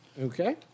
okay